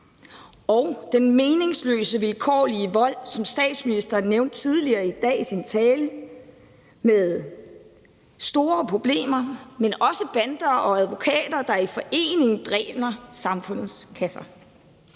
Den meningsløse, vilkårlige vold, som statsministeren nævnte tidligere i dag i sin tale, giver store problemer, men der er også bander og advokater, der i forening dræner samfundets kasser.